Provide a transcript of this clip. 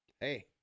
hey